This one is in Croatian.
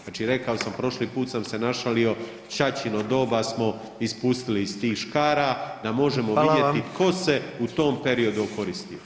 Znači rekao sam prošli put sam se našalio, ćaćino doba smo ispustili iz tih škara, da možemo vidjeti tko se [[Upadica: Hvala vam.]] u tom periodu okoristio.